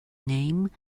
name